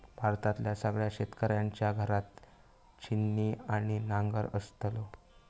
भारतातल्या सगळ्या शेतकऱ्यांच्या घरात छिन्नी आणि नांगर दिसतलो